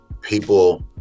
people